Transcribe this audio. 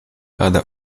other